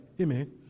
Amen